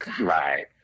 Right